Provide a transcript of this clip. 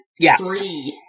Yes